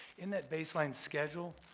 in that baseline schedule,